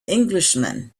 englishman